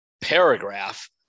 paragraph